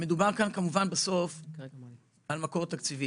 בסוף מדובר כאן על מקור תקציבי.